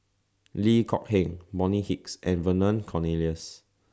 Loh Kok Heng Bonny Hicks and Vernon Cornelius